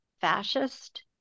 fascist